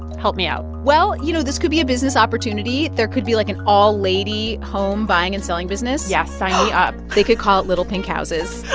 help me out well, you know, this could be a business opportunity. there could be, like, an all-lady home buying and selling business yes. sign me up they could call it little pink houses